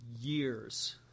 years